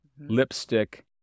lipstick